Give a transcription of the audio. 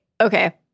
okay